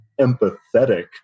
empathetic